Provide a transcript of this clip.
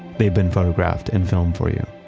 they've been photographed and filmed for you.